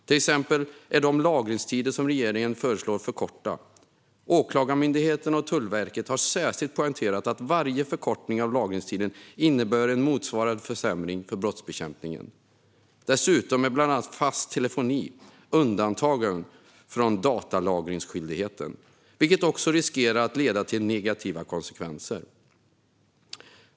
Till exempel är de lagringstider som regeringen föreslår för korta. Åklagarmyndigheten och Tullverket har särskilt poängterat att varje förkortning av lagringstiden innebär en motsvarande försämring för brottsbekämpningen. Dessutom är bland annat fast telefoni undantagen från datalagringsskyldigheten, vilket också riskerar att leda till negativa konsekvenser.